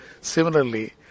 Similarly